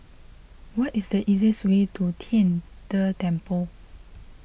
what is the easiest way to Tian De Temple